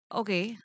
okay